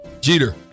Jeter